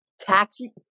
taxi